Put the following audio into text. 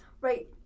Right